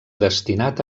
destinat